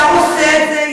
השר עושה את זה,